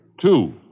Two